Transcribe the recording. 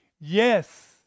Yes